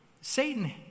Satan